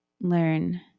learn